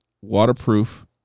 waterproof